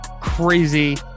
crazy